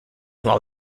while